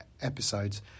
episodes